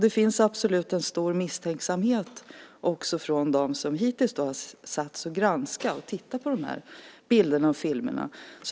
Det finns absolut en stor misstänksamhet, också från dem som hittills har satts att granska och titta på de här bilderna och filmerna.